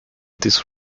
these